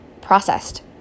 processed